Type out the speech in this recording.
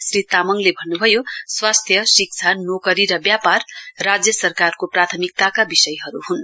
श्री तामङले भन्नभयो स्वास्थ्य शिक्षा नोकरी र व्यापार राज्य सरकारको प्राथमिकताका विषयहरू हन्